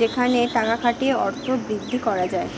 যেখানে টাকা খাটিয়ে অর্থ বৃদ্ধি করা যায়